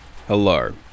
Hello